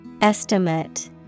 Estimate